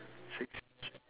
six each